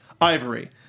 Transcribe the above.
ivory